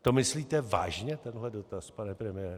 To myslíte vážně, tenhle dotaz, pane premiére?